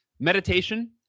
Meditation